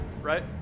right